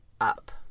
up